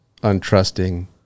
untrusting